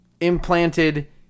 implanted